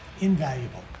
invaluable